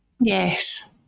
Yes